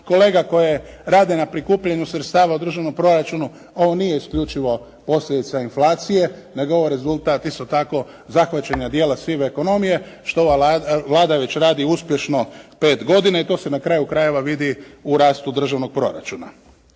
kolega koji rade na prikupljanju sredstava u državnom proračunu ovo nije isključivo posljedica inflacije, nego je ovo rezultat isto tako zahvaćanja dijela sive ekonomije što ova Vlada već radi uspješno pet godina i to se na kraju krajeva vidi u rastu državnog proračuna.